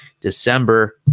December